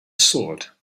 sword